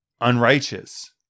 unrighteous